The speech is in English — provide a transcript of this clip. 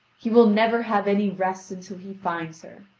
he will never have any rest until he finds her.